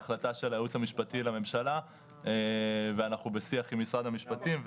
זו בסוף החלטה של היועץ המשפטי הממשלה ואנחנו בשיח עם משרד המשפטים,